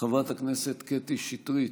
חברת הכנסת קטי שטרית,